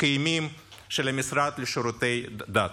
קיימים של המשרד לשירותי דת.